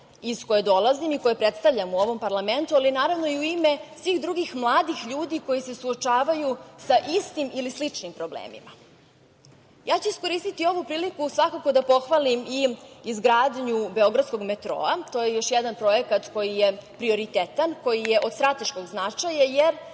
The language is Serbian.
iz koje dolazim i koju predstavljam u ovom parlamentu, ali naravno, i u ime svih drugih mladih ljudi koji se suočavaju sa istim ili sličnim problemima. Ja ću iskoristiti ovu priliku svakako da pohvalim izgradnju beogradskog metroa. To je još jedan projekat koji je prioritetan, koji je od strateškog značaja, jer